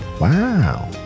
Wow